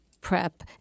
PrEP